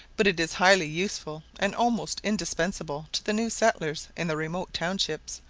but it is highly useful, and almost indispensable to the new settlers in the remote townships,